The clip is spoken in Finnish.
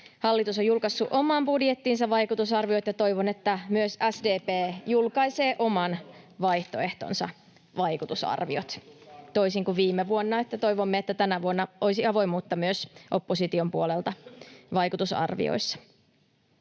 Hallitus on julkaissut oman budjettinsa vaikutusarviot, ja toivon, että myös SDP julkaisee oman vaihtoehtonsa vaikutusarviot, toisin kuin viime vuonna. Toivomme, että tänä vuonna olisi avoimuutta myös opposition puolelta vaikutusarvioissa.